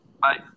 Bye